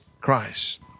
Christ